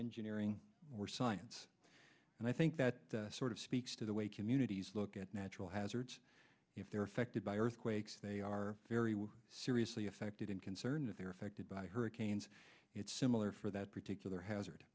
engineering or science and i think that sort of speaks to the way communities look at natural hazards if they are affected by earthquakes they are very seriously affected and concerned that they are affected by hurricanes it's similar for that particular hazard